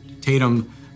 Tatum